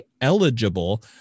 eligible